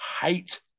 hate